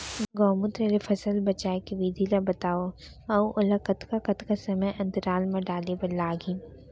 गौमूत्र ले फसल बचाए के विधि ला बतावव अऊ ओला कतका कतका समय अंतराल मा डाले बर लागही?